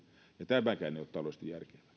ja tämäkään ei ole taloudellisesti järkevää